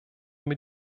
mit